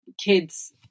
kids